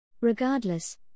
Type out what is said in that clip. Regardless